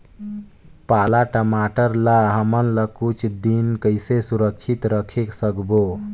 पाला टमाटर ला हमन कुछ दिन कइसे सुरक्षित रखे सकबो?